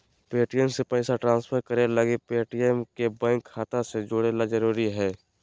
Paytm से पैसा transfer करे लगी पेटीएम के बैंक खाता से जोड़े ल जरूरी हय